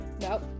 Nope